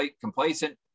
complacent